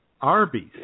Arby's